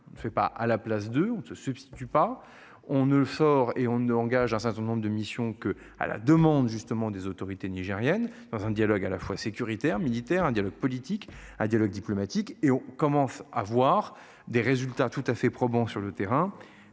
Ne fait pas à la place de on ne se substitue pas, on ne le sort et on ne engage un certain nombre de missions que, à la demande justement des autorités nigériennes dans un dialogue à la fois sécuritaire militaire un dialogue politique ah dialogue diplomatique et on commence à voir des résultats tout à fait probant sur le terrain.